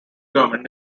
government